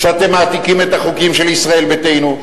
שבו אתם מעתיקים את החוקים של ישראל ביתנו,